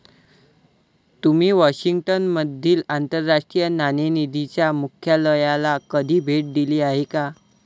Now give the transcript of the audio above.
तुम्ही वॉशिंग्टन मधील आंतरराष्ट्रीय नाणेनिधीच्या मुख्यालयाला कधी भेट दिली आहे का?